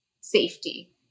safety